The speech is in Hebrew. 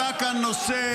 עלה כאן נושא,